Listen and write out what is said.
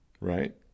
right